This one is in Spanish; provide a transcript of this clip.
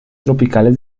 tropicales